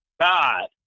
God